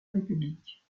république